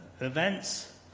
events